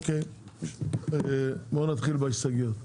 נתחיל בהסתייגויות.